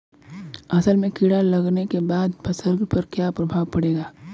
असल में कीड़ा लगने के बाद फसल पर क्या प्रभाव पड़ेगा?